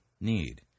need